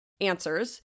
answers